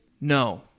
No